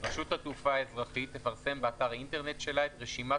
רשות התעופה האזרחית תפרסם באתר האינטרנט שלה את רשימת